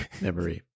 memory